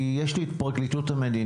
כי יש לי את משרד המשפטים.